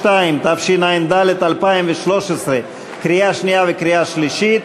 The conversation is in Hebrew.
בזה הרגע היא העבירה סמכויות לשר החקלאות ופיתוח הכפר,